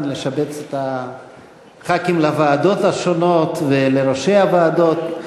לשבץ את חברי הכנסת לוועדות השונות ולראשי הוועדות.